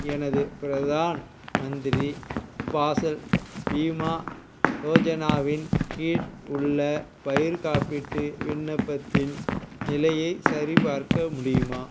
எனது பிரதான் மந்திரி பாசல் பீமா யோஜனாவின் கீழ் உள்ள பயிர் காப்பீட்டு விண்ணப்பத்தின் நிலையைச் சரிபார்க்க முடியுமா